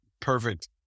perfect